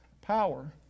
power